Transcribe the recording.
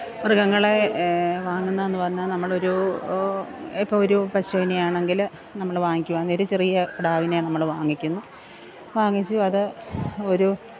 മൃഗങ്ങളെ വാങ്ങുന്നതെന്ന് പറഞ്ഞാൽ നമ്മളൊരു ഇപ്പോൾ ഒരു പശുവിനെയാണെങ്കിൽ നമ്മൾ വാങ്ങിക്കുവാണെങ്കിൽ ഒരു ചെറിയ കിടാവിനെ നമ്മൾ വാങ്ങിക്കുന്നു വാങ്ങിച്ചു അത് ഒരു